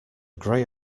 gray